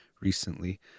recently